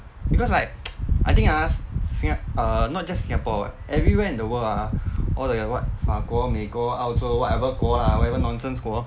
because like I think ah singa~ err not just singapore [what] everywhere in the world ah all the what 法国美国澳洲 whatever 国 lah whatever nonsense 国